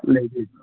ꯂꯩꯒꯦ